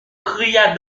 cria